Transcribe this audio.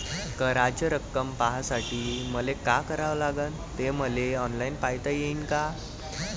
कराच रक्कम पाहासाठी मले का करावं लागन, ते मले ऑनलाईन पायता येईन का?